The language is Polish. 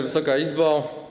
Wysoka Izbo!